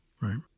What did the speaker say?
Right